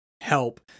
help